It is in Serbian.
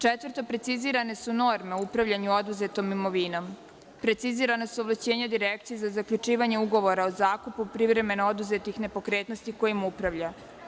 Četvrto, precizirane su norme o upravljanju oduzetom imovinom, precizirana su ovlašćenja Direkcije za zaključivanje ugovora o zakupu privremeno oduzetih nepokretnosti kojima upravlja.